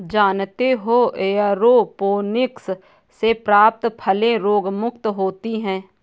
जानते हो एयरोपोनिक्स से प्राप्त फलें रोगमुक्त होती हैं